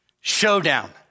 showdown